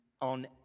on